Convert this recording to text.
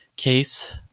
case